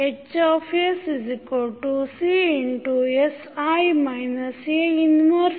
HsCsI A 1B